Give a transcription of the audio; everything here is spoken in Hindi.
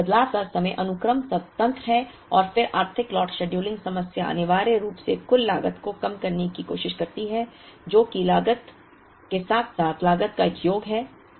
इसलिए बदलाव का समय अनुक्रम स्वतंत्र है और फिर आर्थिक लॉट शेड्यूलिंग समस्या अनिवार्य रूप से कुल लागत को कम करने की कोशिश करती है जो कि लागत लागत के साथ साथ लागत का एक योग है